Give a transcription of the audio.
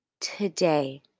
today